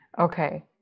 Okay